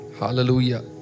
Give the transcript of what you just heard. Hallelujah